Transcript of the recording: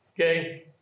Okay